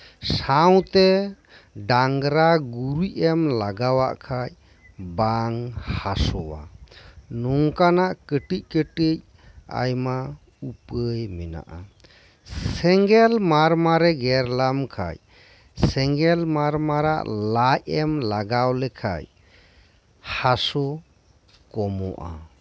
ᱥᱟᱶᱛᱮ ᱰᱟᱝᱨᱟ ᱜᱩᱨᱤᱡ ᱮᱢ ᱞᱟᱜᱟᱣ ᱟᱜ ᱠᱷᱟᱱ ᱵᱟᱝ ᱦᱟᱹᱥᱩᱣᱟ ᱱᱚᱝᱠᱟᱱᱟᱜ ᱠᱟᱹᱴᱤᱡ ᱠᱟᱹᱴᱤᱡ ᱟᱭᱢᱟ ᱩᱯᱟᱹᱭ ᱢᱮᱱᱟᱜᱼᱟ ᱥᱮᱸᱜᱮᱞ ᱢᱟᱨᱢᱟᱨᱮ ᱜᱮᱨᱞᱮᱢ ᱠᱷᱟᱱ ᱥᱮᱸᱜᱮᱞ ᱢᱟᱨᱢᱟᱨᱟᱜ ᱞᱟᱡ ᱮᱢ ᱞᱟᱜᱟᱣ ᱞᱮᱠᱷᱟᱱ ᱦᱟᱹᱥᱩ ᱠᱚᱢᱚᱜᱼᱟ